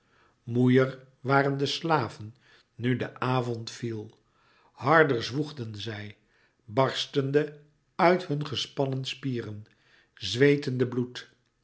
moê er waren de slaven nu de avond viel harder zwoegden zij barstende uit hun gespannen spieren zwetende bloed